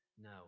No